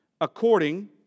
According